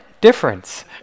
difference